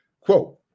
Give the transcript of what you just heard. quote